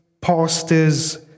pastors